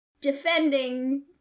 defending